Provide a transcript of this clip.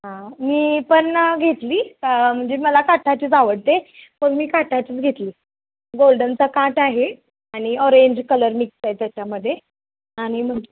हां मी पण घेतली म्हणजे मला काठाचीच आवडते पण मी काठाचीच घेतली गोल्डनचा काठ आहे आणि ऑरेंज कलर मिक्स आहे त्याच्यामध्ये आणि मग